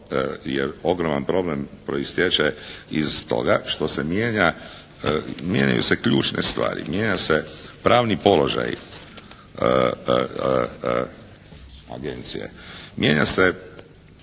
ogroman problem proistječe iz toga što se mijenja, mijenjaju se ključne stvari. Mijenja se pravni položaj agencije. Mijenja se